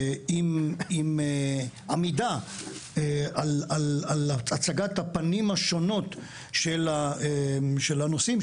עם עמידה על הצגת הפנים השונות של הנושאים,